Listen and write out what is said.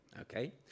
okay